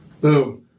Boom